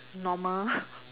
normal